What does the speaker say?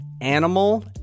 Animal